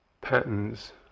patterns